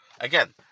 Again